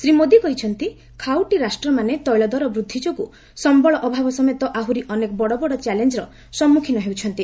ଶ୍ରୀ ମୋଦି କହିଛନ୍ତି ଖାଉଟି ରାଷ୍ଟ୍ରମାନେ ତେିଳ ଦର ବୃଦ୍ଧି ଯୋଗୁଁ ସମ୍ଘଳ ଅଭାବ ସମେତ ଆହୁରି ଅନେକ ବଡ଼ ବଡ଼ ଚ୍ୟାଲେଞ୍ଚ୍ର ସମ୍ମୁଖୀନ ହେଉଛନ୍ତି